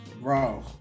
Bro